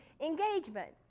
engagement